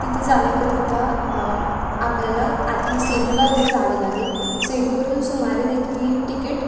तिथे जाण्याकरिता आपल्याला आधी सेलूला जावे लागेल सेलूवरून सुमारे तिथली टिकीट